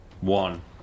one